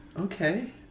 Okay